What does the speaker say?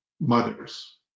mothers